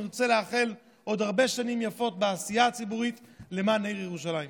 אני רוצה לאחל עוד הרבה שנים יפות בעשייה הציבורית למען העיר ירושלים.